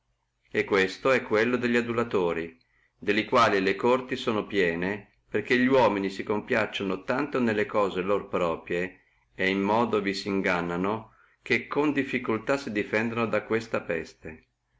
e questi sono li adulatori delli quali le corti sono piene perché li uomini si compiacciono tanto nelle cose loro proprie et in modo vi si ingannono che con difficultà si difendano da questa peste